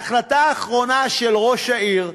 ההחלטה האחרונה של ראש העיר,